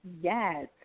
Yes